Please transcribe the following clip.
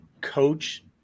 coach